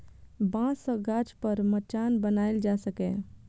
बांस सं गाछ पर मचान बनाएल जा सकैए